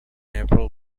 april